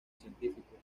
científicos